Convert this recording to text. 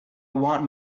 want